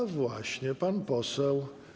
A właśnie, pan poseł.